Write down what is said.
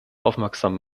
aufmerksam